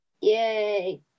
Yay